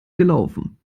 gelaufen